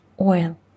oil